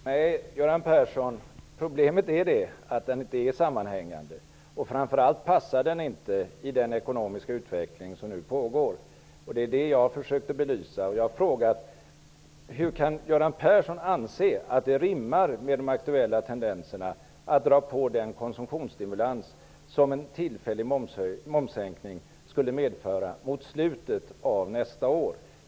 Herr talman! Problemet är, Göran Persson, att ert alternativ inte är sammanhängande. Framför allt passar det inte i den ekonomiska utveckling som nu pågår. Det är det som jag har försökt att belysa. Jag frågar: Hur kan Göran Persson anse att det rimmar med de aktuella tendenserna att dra på den konsumtionsstimulans som en tillfällig momssänkning skulle medföra mot slutet av nästa år?